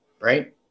right